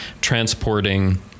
transporting